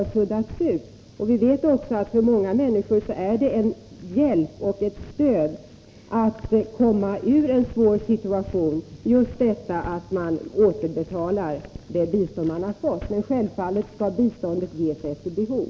Vi vet också att just bistånd som man återbetalar för många människor är en hjälp och ett stöd att komma ur en svår situation. Självfallet skall biståndet ges efter behov.